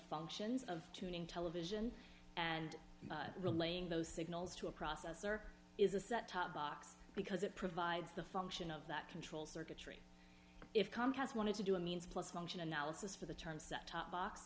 functions of tuning television and relaying those signals to a processor is a set top box because it provides the function of that control circuitry if comcast wanted to do a means plus function analysis for the term set top box